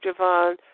Javon